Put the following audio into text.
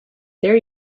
there